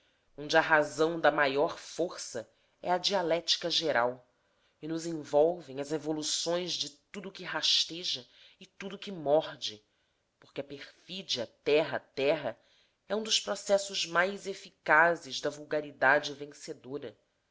onde a razão da maior força é a dialética geral e nos envolvem as evoluções de tudo que rasteja e tudo que morde porque a perfídia terra terra é um dos processos mais eficazes da vulgaridade vencedora